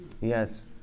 yes